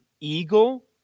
eagle